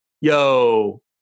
Yo